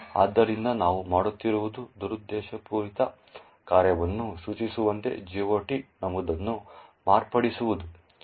ಆದ್ದರಿಂದ ನಾವು ಮಾಡುತ್ತಿರುವುದು ದುರುದ್ದೇಶಪೂರಿತ ಕಾರ್ಯವನ್ನು ಸೂಚಿಸುವಂತೆ GOT ನಮೂದನ್ನು ಮಾರ್ಪಡಿಸುವುದು